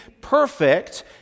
perfect